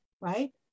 right